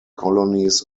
colonies